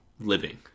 living